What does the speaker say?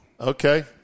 Okay